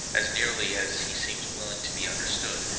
as nearly as he seems willing to be understood,